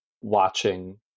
watching